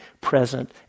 present